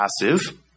passive